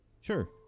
Sure